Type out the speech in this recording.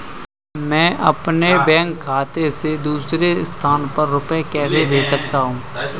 मैं अपने बैंक खाते से दूसरे स्थान पर रुपए कैसे भेज सकता हूँ?